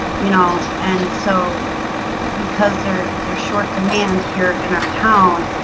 you know, and so because they're they're short demand here in our town